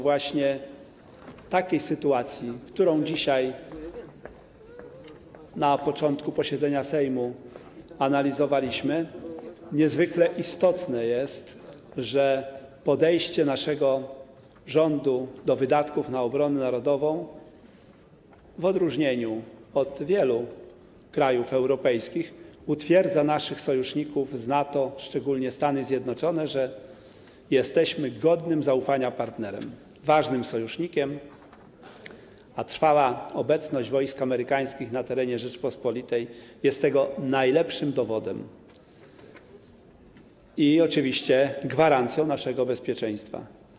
Właśnie w takiej sytuacji, jaką dzisiaj na początku posiedzenia Sejmu analizowaliśmy, niezwykle istotnie jest to, że podejście naszego rządu do wydatków na obronę narodową - w odróżnieniu od wielu krajów europejskich - utwierdza naszych sojuszników z NATO, szczególnie Stany Zjednoczone, że jesteśmy godnym zaufania partnerem, ważnym sojusznikiem, a trwała obecność wojsk amerykańskich na terenie Rzeczypospolitej jest tego najlepszym dowodem i oczywiście gwarancją naszego bezpieczeństwa.